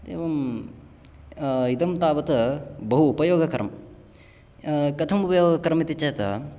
एवम् इदं तावत् बहु उपयोगकरं कथम् उपयोगकरम् इति चेत्